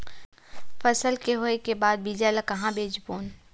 फसल के होय के बाद बीज ला कहां बेचबो?